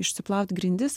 išsiplaut grindis